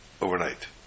overnight